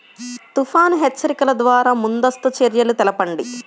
తుఫాను హెచ్చరికల ద్వార ముందస్తు చర్యలు తెలపండి?